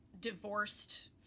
divorced